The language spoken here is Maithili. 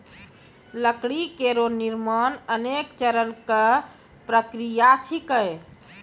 लकड़ी केरो निर्माण अनेक चरण क प्रक्रिया छिकै